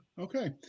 Okay